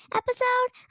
episode